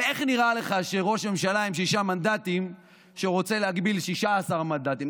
ואיך נראה לך ראש ממשלה עם שישה מנדטים שרוצה להגביל 16 מנדטים?